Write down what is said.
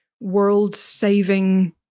world-saving